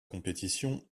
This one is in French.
compétition